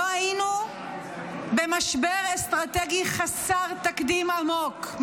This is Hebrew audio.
לא היינו במשבר אסטרטגי חסר תקדים עמוק,